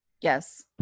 Yes